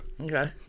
Okay